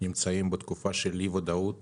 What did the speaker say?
נמצאים בתקופה של אי ודאות